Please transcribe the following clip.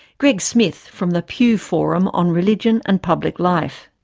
greg smith, from the pew forum on religion and public life.